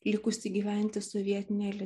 likusį gyventi sovietinėje